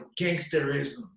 gangsterism